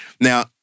Now